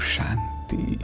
Shanti